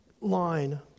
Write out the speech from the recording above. line